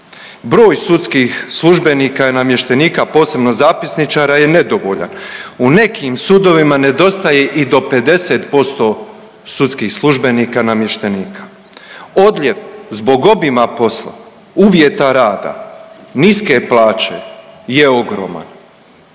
Broj sudskih službenika i namještenika, a posebno zapisničara je nedovoljan. U nekim sudovima nedostaje i do 50% sudskih službenika i namještenika. Odljev zbog obima posla, uvjeta rada, niske plaće je ogroman.